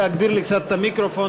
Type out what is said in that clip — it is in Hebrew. להגביר לי קצת את המיקרופון,